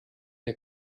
der